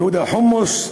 ייהוד החומוס.